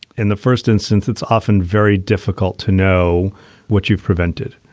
in the first instance, it's often very difficult to know what you've prevented.